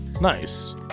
Nice